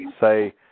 say